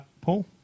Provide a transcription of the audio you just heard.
Paul